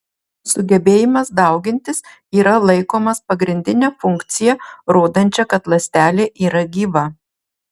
sugebėjimas daugintis yra laikomas pagrindine funkcija rodančia kad ląstelė yra gyva